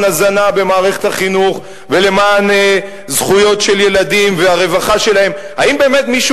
הזנה במערכת החינוך ולמען זכויות של ילדים והרווחה שלהם האם באמת מישהו